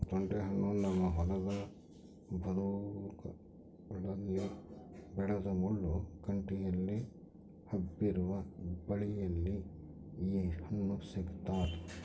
ತೊಂಡೆಹಣ್ಣು ನಮ್ಮ ಹೊಲದ ಬದುಗಳಲ್ಲಿ ಬೆಳೆದ ಮುಳ್ಳು ಕಂಟಿಯಲ್ಲಿ ಹಬ್ಬಿರುವ ಬಳ್ಳಿಯಲ್ಲಿ ಈ ಹಣ್ಣು ಸಿಗ್ತಾದ